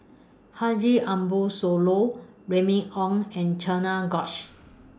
Haji Ambo Sooloh Remy Ong and Cherian George